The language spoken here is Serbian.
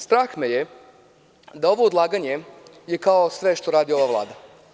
Strah me je da je ovo odlaganje kao sve što radi ova Vlada.